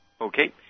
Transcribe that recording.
Okay